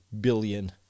billion